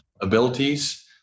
abilities